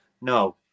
no